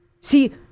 See